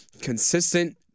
consistent